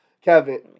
Kevin